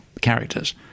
characters